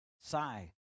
Sigh